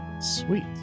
Sweet